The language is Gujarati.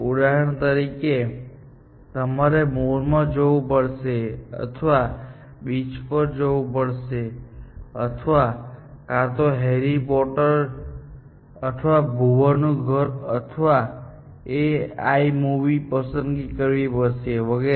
ઉદાહરણ તરીકે તમારે મોલમાં જવું પડશે અથવા બીચ પર જવું પડશે અથવા કાં તો હેરી પોટર અથવા ભુવનનું ઘર અથવા એ આઈ મૂવી પસંદ કરવી પડશે વગેરે વગેરે